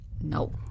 No